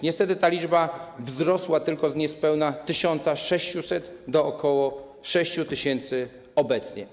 Niestety ta liczba wzrosła tylko z niespełna 1600 do ok. 6 tys. obecnie.